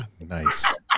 Nice